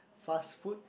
fast food